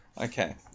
Okay